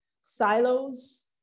silos